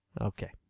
Okay